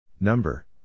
Number